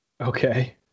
Okay